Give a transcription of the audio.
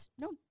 No